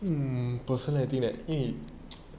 mmhmm personally like 因为